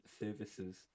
Services